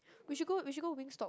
we should go we should go Wingstop